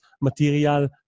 material